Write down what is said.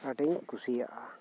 ᱟᱰᱤᱧ ᱠᱩᱥᱤᱭᱟᱜᱼᱟ